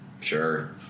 sure